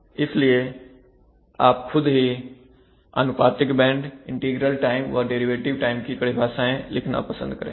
इसलिए आप खुद ही अनुपातिक बैंड इंटीग्रल टाइम व डेरिवेटिव टाइम की परिभाषाएं लिखना पसंद करेंगे